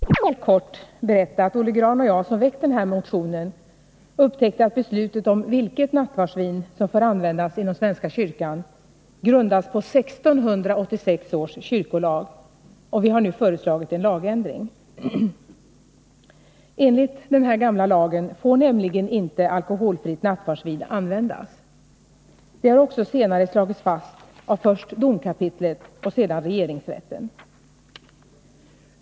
Fru talman! Kanske någon här i kammaren tycker att frågan om alkoholfritt nattvardsvin är litet udda och knappast hör hemma i riksdagen. Men då skall jag helt kort berätta att Olle Grahn och jag, som väckt den här motionen, upptäckte att beslutet om vilket nattvardsvin som får användas inom svenska kyrkan grundas på 1686 års kyrkolag, och vi har nu föreslagit en lagändring. Enligt denna gamla lag får nämligen inte alkoholfritt nattvardsvin användas. Detta har också senare slagits fast av först domkapitlet och sedan regeringsrätten.